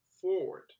forward